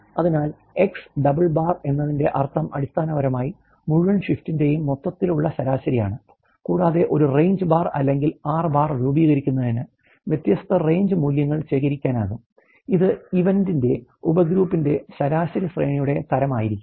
അതിനാൽ X double bar എന്നതിന്റെ അർത്ഥം അടിസ്ഥാനപരമായി മുഴുവൻ ഷിഫ്റ്റിന്റെയും മൊത്തത്തിലുള്ള ശരാശരിയാണ് കൂടാതെ ഒരു RANGE ബാർ അല്ലെങ്കിൽ ആർ ബാർ രൂപീകരിക്കുന്നതിന് വ്യത്യസ്ത RANGE മൂല്യങ്ങൾ ശേഖരിക്കാനാകും ഇത് event ഇന്റെ ഉപഗ്രൂപ്പിന്റെ ശരാശരി ശ്രേണിയുടെ തരം ആയിരിക്കും